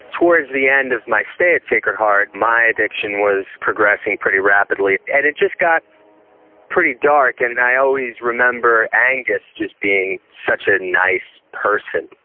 towards the end of my stay at sacred heart my addiction was progressing pretty rapidly and it just got pretty dark, and and i always remember angus just being such a nice person,